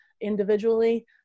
individually